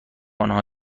انها